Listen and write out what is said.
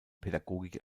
pädagogik